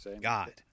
God